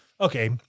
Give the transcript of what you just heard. Okay